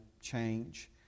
change